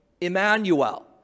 Emmanuel